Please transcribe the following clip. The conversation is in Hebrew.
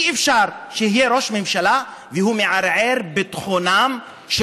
אי-אפשר שיהיה ראש ממשלה והוא מערער את ביטחונם של